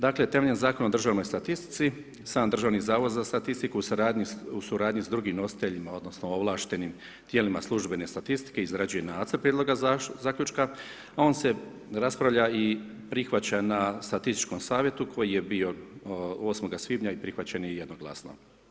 Dakle, temeljem Zakona o državnoj statistici, sam DZSS u suradnji sa drugim nositeljima odnosno ovlaštenim tijelima službene statistike, izrađuje nacrt prijedloga zaključka, on se raspravlja i prihvaća na Statističkom savjetu koji je bi 8. svibnja i prihvaćen je jednoglasno.